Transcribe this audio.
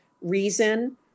reason